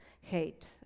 hate